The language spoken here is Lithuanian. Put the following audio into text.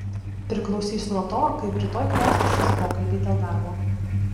priklausys nuo to kaip rytoj klostysis pokalbiai dėl darbo